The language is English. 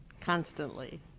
constantly